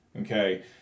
Okay